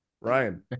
Ryan